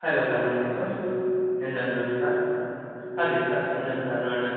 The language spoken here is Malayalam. ഹലോ കണങ്ങണ്ടി സ്റ്റോര്സ് എന്താണ് വേണ്ടത് സാര് അതെ സാര് എന്താണ് സാറിന് വേണ്ടത്